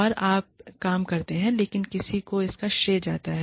तो आप काम करते हैं लेकिन किसी और को इसका श्रेय जाता है